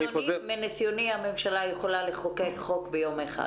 מניסיוני הממשלה יכולה לחוקק חוק ביום אחד.